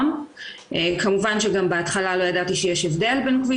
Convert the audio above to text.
אז בכביש